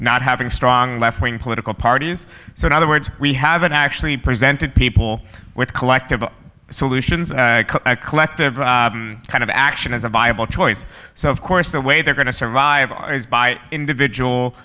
not having a strong left wing political parties so in other words we haven't actually presented people with elective solutions a collective kind of action is a viable choice so of course the way they're going to survive is by individual